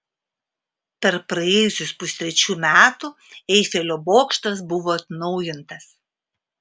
per praėjusius pustrečių metų eifelio bokštas buvo atnaujintas